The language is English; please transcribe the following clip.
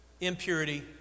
impurity